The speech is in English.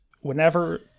Whenever